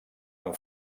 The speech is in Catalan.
amb